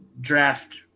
draft